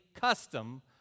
custom